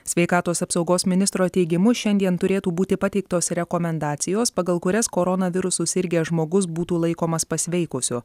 sveikatos apsaugos ministro teigimu šiandien turėtų būti pateiktos rekomendacijos pagal kurias koronavirusu sirgęs žmogus būtų laikomas pasveikusiu